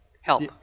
help